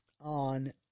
on